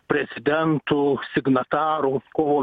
prezidentų signatarų kovo